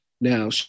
Now